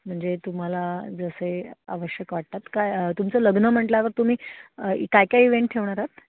म्हणजे तुम्हाला जसे आवश्यक वाटतात काय तुमचं लग्न म्हटल्यावर तुम्ही काय काय इव्हेंट ठेवणार आहात